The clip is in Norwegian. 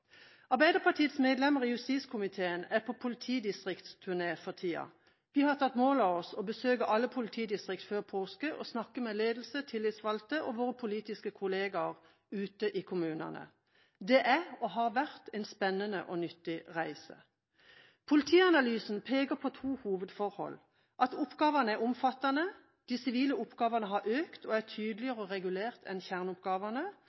Arbeiderpartiets medlemmer i justiskomiteen er på politidistriktsturné for tida. Vi har tatt mål av oss å besøke alle politidistrikter før påske og snakke med ledelse, tillitsvalgte og våre politiske kolleger ute i kommunene. Det er, og har vært, en spennende og nyttig reise. Politianalysen peker på to hovedforhold. Det er at oppgavene er omfattende – antallet sivile oppgaver har økt og er tydeligere regulert enn kjerneoppgavene